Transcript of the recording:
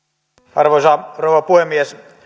arvoisa rouva puhemies